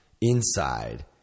inside